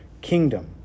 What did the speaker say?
kingdom